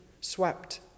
swept